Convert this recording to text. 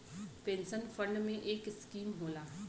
pension fund में एक scheme होला